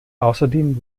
außerdem